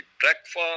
breakfast